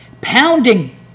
pounding